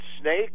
snake